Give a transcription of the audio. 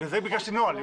בגלל זה ביקשתי נוהל.